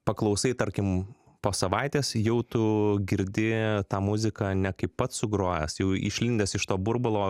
paklausai tarkim po savaitės jau tu girdi tą muziką ne kaip pats sugrojęs jau išlindęs iš to burbulo